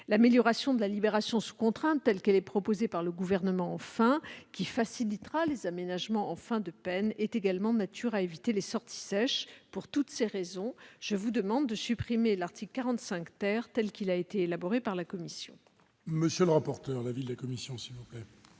L'amélioration de la libération sous contrainte, telle qu'elle est proposée par le Gouvernement, qui facilitera les aménagements en fin de peine, est également de nature à éviter les sorties sèches. Pour toutes ces raisons, je vous demande de supprimer l'article 45 , tel qu'il a été élaboré par la commission.